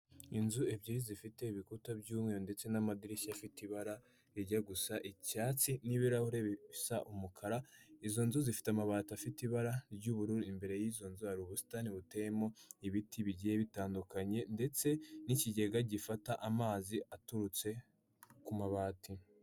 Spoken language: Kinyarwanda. Inzu ebyiri zifite ibikuta by'umweru, ndetse n'amadirishya afite ibara rijya gusa icyatsi, n'ibirahure bisa umukara, izo nzu zifite amabati afite ibara ry'ubururu, imbere y'izo nzu hari ubusitani buteyemo ibiti bigiye bitandukanye, ndetse n'ikigega gifata amazi aturutse ku mabati.